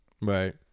Right